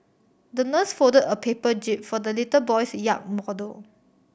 the nurse folded a paper jib for the little boy's yacht model